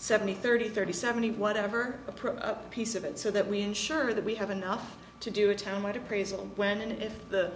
seventy thirty thirty seventy whatever approach a piece of it so that we ensure that we have enough to do a town what appraisal when and if the